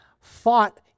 fought